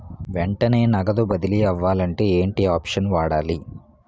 వెంటనే నగదు బదిలీ అవ్వాలంటే ఏంటి ఆప్షన్ వాడాలి?